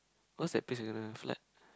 because that place is gonna flood